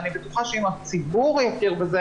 אני בטוחה שאם הציבור יכיר בזה,